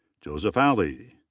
joseph ali.